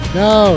no